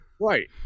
Right